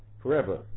Forever